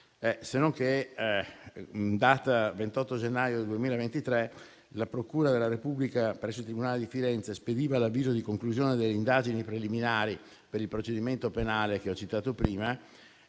Senonché, in data 28 gennaio 2023 la procura della Repubblica presso il tribunale di Firenze spediva l'avviso di conclusione delle indagini preliminari per il procedimento penale che ho citato prima